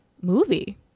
movie